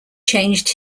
changed